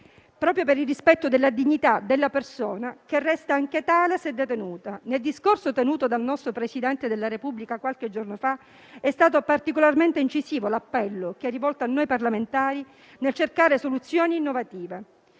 proprio per il rispetto della dignità della persona, che resta tale anche se detenuta. Nel discorso tenuto qualche giorno fa dal Presidente della Repubblica, è stato particolarmente incisivo l'appello che ha rivolto a noi parlamentari nel cercare soluzioni innovative.